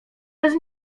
bez